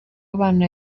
abana